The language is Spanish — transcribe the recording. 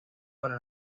para